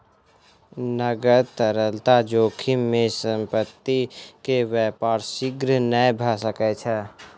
नकद तरलता जोखिम में संपत्ति के व्यापार शीघ्र नै भ सकै छै